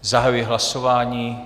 Zahajuji hlasování.